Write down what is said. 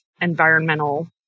environmental